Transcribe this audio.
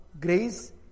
grace